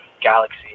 galaxy